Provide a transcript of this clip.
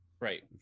right